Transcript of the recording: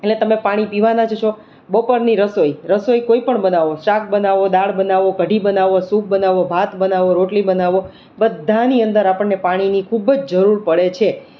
એટલે તમે પાણી પીવાના જ છો બપોરની રસોઈ રસોઈ કોઇપણ બનાવો શાક બનાવો દાળ બનાવો કઢી બનાવો સુપ બનાવો ભાત બનાવો રોટલી બનાવો બધાની અંદર આપણને પાણીની ખૂબ જ જરૂર પડે છે